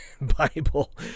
Bible